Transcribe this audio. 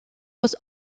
was